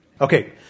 Okay